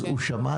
אז הוא שמע,